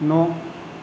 न'